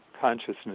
consciousness